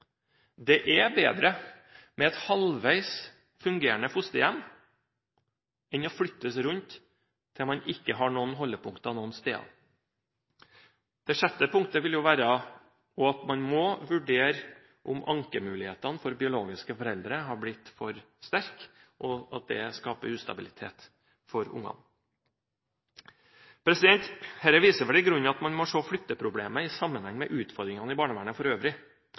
Det er bedre med et halvveis fungerende fosterhjem enn å flyttes rundt til man ikke har holdepunkter noen steder. Det sjette punktet vil være at man må vurdere om ankemulighetene for biologiske foreldre har blitt for sterke og at det skaper ustabilitet for barna. Dette viser vel i grunnen at man må se på flytteproblemet i sammenheng med utfordringene i barnevernet for øvrig.